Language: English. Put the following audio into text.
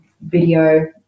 video